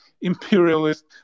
imperialist